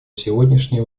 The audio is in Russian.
сегодняшнее